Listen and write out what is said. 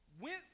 went